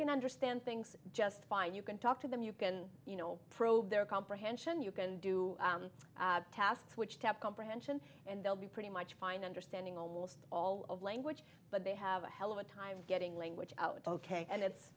can understand things just fine you can talk to them you can you know pro there are comprehension you can do tasks which have comprehension and they'll be pretty much fine understanding almost all of language but they have a hell of a time getting language out ok and it's